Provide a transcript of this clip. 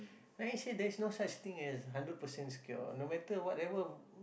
then he say there is no such thing as hundred percent secure no matter whatever